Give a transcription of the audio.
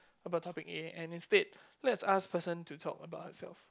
about topic A and instead lets ask person to talk about herself